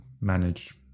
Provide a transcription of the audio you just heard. manage